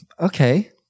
okay